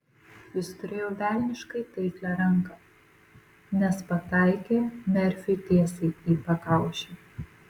jis turėjo velniškai taiklią ranką nes pataikė merfiui tiesiai į pakaušį